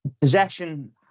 Possession